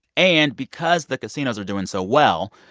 and because the casinos are doing so well,